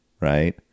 right